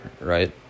right